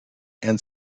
and